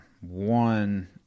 one